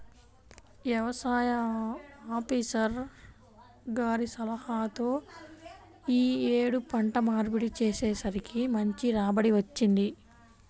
యవసాయ ఆపీసర్ గారి సలహాతో యీ యేడు పంట మార్పిడి చేసేసరికి మంచి రాబడి వచ్చింది